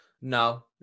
No